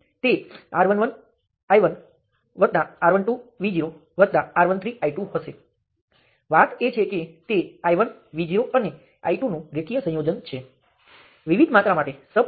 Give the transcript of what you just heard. હવે હું શું કરી શકું હું આ સમગ્ર નેટવર્ક N1 ને V2 મૂલ્યનાં વોલ્ટેજ સ્ત્રોત સાથે અથવા I2 મૂલ્યનાં કરંટ સ્ત્રોત